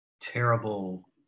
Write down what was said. terrible